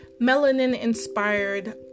melanin-inspired